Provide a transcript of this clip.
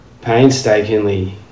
painstakingly